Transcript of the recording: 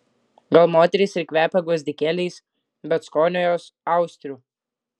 gal moterys ir kvepia gvazdikėliais bet skonio jos austrių